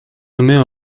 nommée